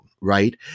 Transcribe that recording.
right